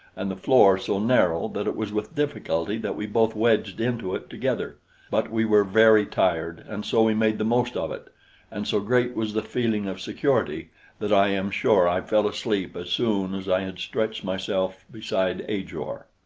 and the floor so narrow that it was with difficulty that we both wedged into it together but we were very tired, and so we made the most of it and so great was the feeling of security that i am sure i fell asleep as soon as i had stretched myself beside ajor.